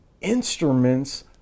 instruments